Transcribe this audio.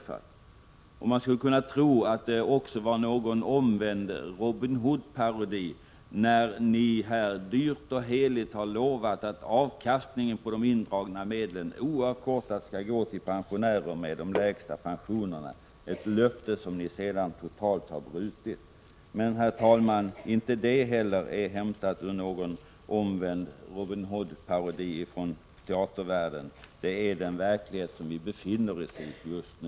Man skulle också kunna tro att det gäller någon omvänd Robin Hoodparodi, när ni här dyrt och heligt har lovat att avkastningen på de indragna medlen oavkortat skall gå tili pensionärer med de lägsta pensionerna — ett löfte som ni sedan totalt har brutit. Men, herr talman, detta är inte hämtat ur någon omvänd Robin Hood-parodi från teatervärlden. Det är den verklighet som vi befinner oss i just nu.